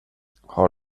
har